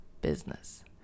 business